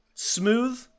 Smooth